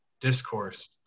discourse